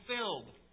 fulfilled